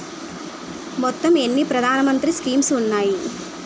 మొత్తం ఎన్ని ప్రధాన మంత్రి స్కీమ్స్ ఉన్నాయి?